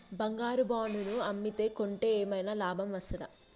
బంగారు బాండు ను అమ్మితే కొంటే ఏమైనా లాభం వస్తదా?